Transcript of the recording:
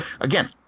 again